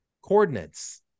coordinates